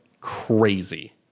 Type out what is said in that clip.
crazy